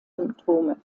symptome